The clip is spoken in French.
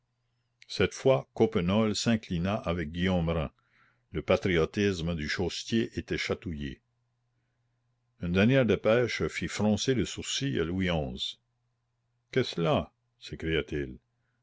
cette fois coppenole s'inclina avec guillaume rym le patriotisme du chaussetier était chatouillé une dernière dépêche fit froncer le sourcil à louis xi qu'est cela